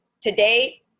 today